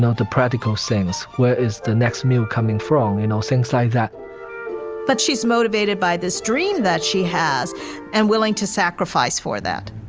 the protocol, same as where is the next meal coming from? you know, things like that but she's motivated by this dream that she has and willing to sacrifice for that